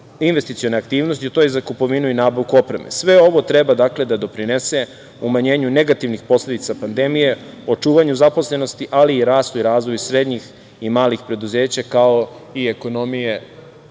investicione aktivnosti. To je za kupovinu i nabavku opreme. Sve ovo treba da doprinese umanjenju negativnih posledica pandemije, očuvanju zaposlenosti, ali i rastu i razvoju srednjih i malih preduzeća, kao i ekonomije